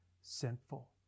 sinful